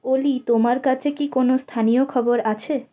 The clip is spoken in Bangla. ওলি তোমার কাছে কি কোনও স্থানীয় খবর আছে